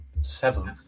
seventh